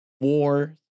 war